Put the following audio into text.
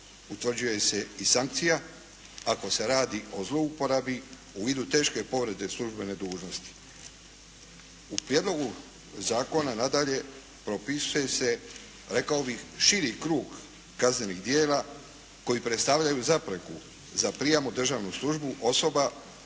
utvrđuje im se i sankcija ako se radi o zlouporabi u vidu teške povrede službene dužnosti. U prijedlogu zakona nadalje propisuje se rekao bih širi krug kaznenih djela koji predstavljaju zapreku za prijam u državnu službu osoba